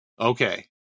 Okay